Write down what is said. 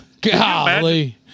Golly